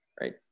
right